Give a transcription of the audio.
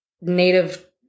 native